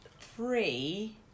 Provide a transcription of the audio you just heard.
three